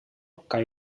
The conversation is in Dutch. kan